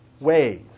ways